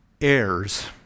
heirs